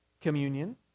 communion